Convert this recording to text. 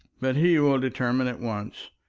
but he will determine at once.